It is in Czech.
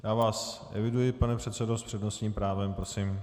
Já vás eviduji, pane předsedo, s přednostním právem, prosím.